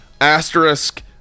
asterisk